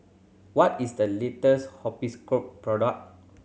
what is the latest Hospicare product